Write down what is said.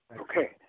Okay